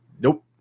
Nope